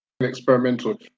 experimental